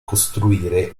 costruire